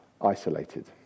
isolated